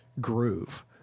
groove